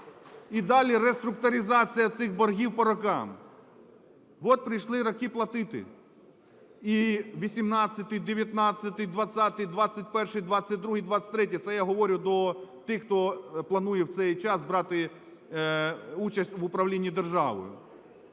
І далі реструктуризація цих боргів по рокам. Ось прийшли роки платити. І 18-й, 19-й, 20-й, 21-й, 22-й, 23-й, це я говорю до тих, хто планує в цей час брати участь в управлінні державою,